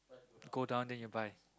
go down then you buy